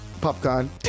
Popcorn